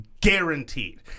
guaranteed